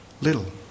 little